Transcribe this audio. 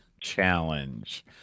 Challenge